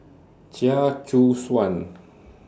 Chia Choo Suan